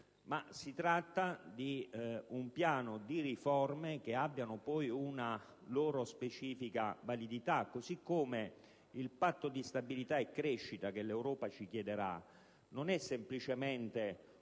si tratta di un piano di riforme che debbono avere una loro specifica validità; così come il Patto di stabilità e crescita che l'Europa ci chiederà non è semplicemente un